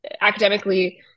academically